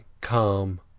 calm